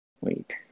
Wait